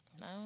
No